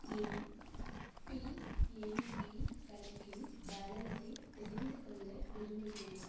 என் PNB கணக்கின் பேலன்ஸை தெரிந்துகொள்ள விரும்புகிறேன்